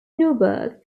newburgh